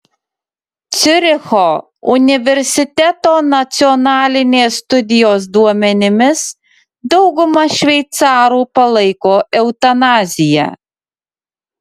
ciuricho universiteto nacionalinės studijos duomenimis dauguma šveicarų palaiko eutanaziją